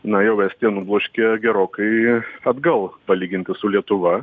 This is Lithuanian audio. na jau estiją nubloškė gerokai atgal palyginti su lietuva